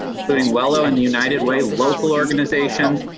including wello and the united way local organizations,